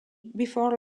before